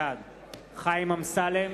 בעד חיים אמסלם,